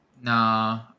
No